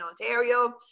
Ontario